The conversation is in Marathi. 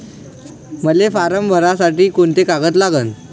मले फारम भरासाठी कोंते कागद लागन?